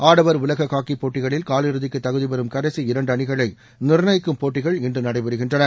ஆடவர் உலக கோப்பை ஹாக்கி போட்டிகளில் காலியிறுதிக்கு தகுதி பெறும் கடைசி இரண்டு அணிகளை நிர்ணயிக்கும் போட்டிகள் இன்று நடைபெறுகின்றன